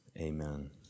amen